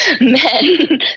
men